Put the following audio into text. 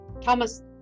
Thomas